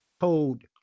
told